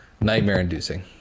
nightmare-inducing